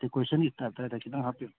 ꯗꯦꯀꯣꯔꯦꯁꯟꯒꯤ ꯇꯥꯏꯞꯇ ꯍꯥꯏꯇꯥꯔꯦ ꯈꯤꯇꯪ ꯍꯥꯞꯄꯤꯌꯨ